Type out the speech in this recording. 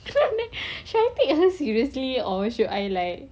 should I take her seriously or should I like